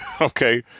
Okay